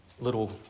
little